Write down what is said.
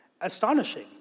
astonishing